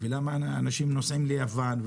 למה אנשים נוסעים לייוון?